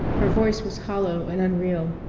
her voice was hollow and unreal.